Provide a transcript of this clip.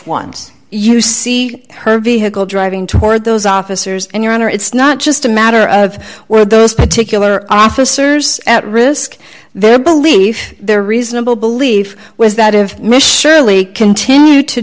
ones you see her vehicle driving toward those officers and your honor it's not just a matter of where those particular officers at risk their belief their reasonable belief was that if mr lee continued to